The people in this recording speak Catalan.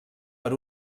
per